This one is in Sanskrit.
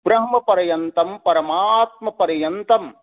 ब्रह्म प्रयन्तं परमात्मपर्यन्तं